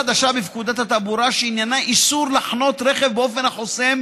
אחרי שאת הסמכות לפתוח במלחמה העבירו בהדרגה מהממשלה לקבינט,